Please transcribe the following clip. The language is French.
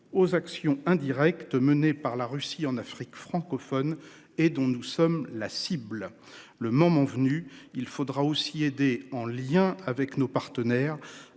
aux actions indirectes menées par la Russie en Afrique francophone et dont nous sommes la cible, le moment venu il faudra aussi aider en lien avec nos partenaires